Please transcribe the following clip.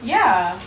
ya